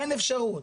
אין אפשרות,